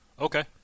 Okay